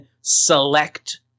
select